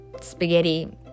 spaghetti